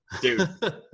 Dude